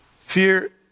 Fear